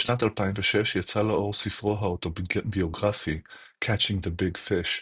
בשנת 2006 יצא לאור ספרו האוטוביוגרפי "Catching the Big Fish",